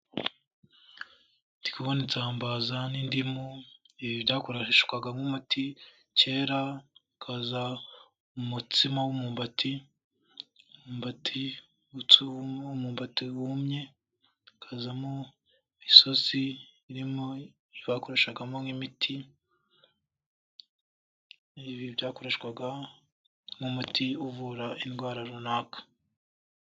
Ndi kubona isambaza n'indimu, ibi byakoreshwaga nk'umuti kera, hakaza umutsima w'umumbati, umwumbati, umutsima w'umumbati wumye, hakazamo isosi irimo bakoreshagamo nk'imiti, ibi byakoreshwaga nk'umuti uvura indwara runaka.